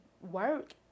work